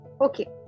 okay